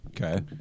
Okay